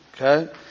okay